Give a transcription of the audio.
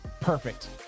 perfect